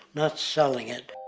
not selling it.